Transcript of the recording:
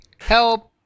Help